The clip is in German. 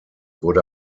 wurde